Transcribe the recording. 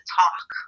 talk